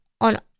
on